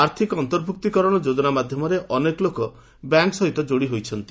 ଆର୍ଥିକ ଅନ୍ତର୍ଭୁକ୍ତିକରଣ ଯୋଜନା ମାଧ୍ଧମରେ ଅନେକ ଲୋକ ବ୍ୟାଙ୍କ ସହିତ ଯୋଡ଼ି ହୋଇଛନ୍ତି